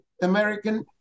American